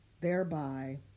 thereby